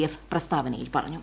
F പ്രസ്താവനയിൽ പറഞ്ഞു